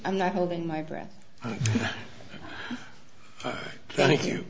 i'm not holding my breath thank you